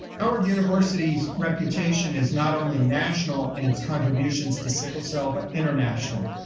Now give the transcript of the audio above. howard university's reputation is not only national in its contributions to sickle cell but international.